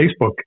Facebook